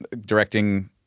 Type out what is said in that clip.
directing